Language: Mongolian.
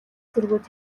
цэргүүд